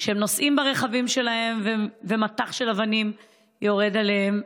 וכשהם נוסעים ברכבים שלהם מטח של אבנים יורד עליהם.